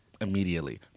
immediately